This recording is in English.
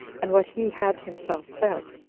and what he had himself said.